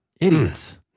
Idiots